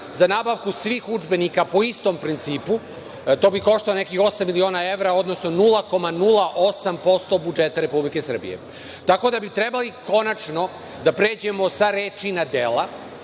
za nabavku svih udžbenika po istom principu, to bi koštalo nekih osam miliona evra, odnosno 0,08% budžeta Republike Srbije. Tako da bi trebali konačno da pređemo sa reči na dela,